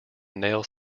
nail